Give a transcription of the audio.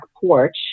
porch